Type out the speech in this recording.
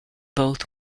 both